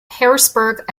harrisburg